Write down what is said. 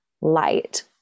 light